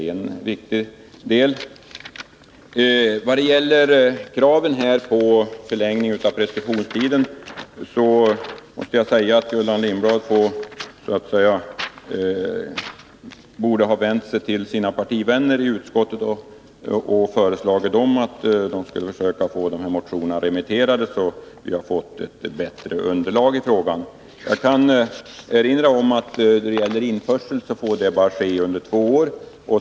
Beträffande kraven på förlängning av preskriptionstiden måste jag säga att Gullan Lindblad borde ha vänt sig till sina partivänner i utskottet och föreslagit dem att försöka få de här motionerna remitterade, så att vi hade fått ett bättre underlag i frågan. Jag vill erinra om att införsel får ske bara under två år.